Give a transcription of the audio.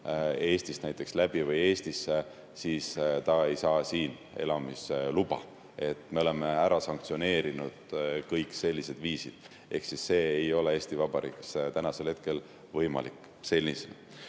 Eestist läbi või Eestisse, siis ta ei saa siin elamisluba. Me oleme ära sanktsioneerinud kõik sellised viisid ehk siis see ei ole Eesti Vabariigis hetkel võimalik sellisena.